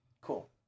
Cool